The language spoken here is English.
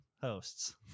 hosts